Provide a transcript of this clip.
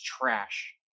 trash